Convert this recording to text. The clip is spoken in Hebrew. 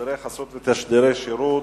(שידורי חסות ותשדירי שירות)